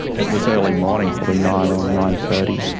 it was early morning, probably nine or nine thirty,